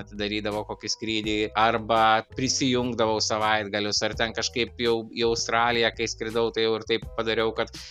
atidarydavo kokį skrydį arba prisijungdavau savaitgalius ar ten kažkaip jau į australiją kai skridau tai jau ir taip padariau kad